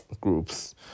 groups